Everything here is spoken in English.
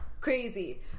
crazy